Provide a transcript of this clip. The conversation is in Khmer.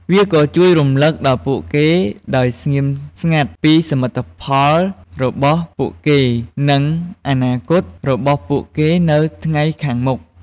វាក៏ជួយរំលឹកពួកគេដោយស្ងាត់ស្ងៀមពីសមិទ្ធផលរបស់ពួកគេ និងអនាគតរបស់ពួកគេនៅថ្ងៃខាងមុខ។